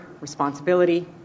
responsibility